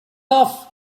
off